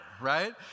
right